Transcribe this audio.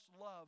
love